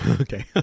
okay